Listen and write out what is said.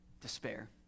Despair